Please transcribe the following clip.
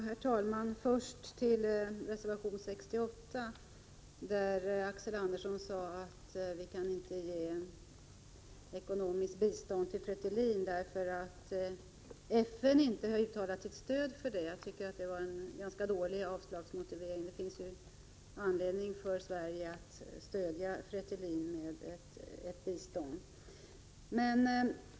Herr talman! Som en kommentar till reservation 68 sade Axel Andersson att Sverige inte kan ge ekonomiskt bistånd till Fretilin därför att FN inte har uttalat sitt stöd för det. Det var en ganska dålig avslagsmotivering. Det finns anledning för Sverige att stödja Fretilin med ett bistånd.